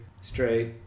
straight